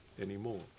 anymore